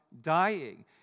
dying